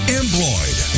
employed